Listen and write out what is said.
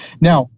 Now